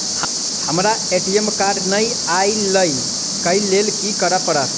हमरा ATM card नै अई लई केँ लेल की करऽ पड़त?